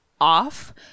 off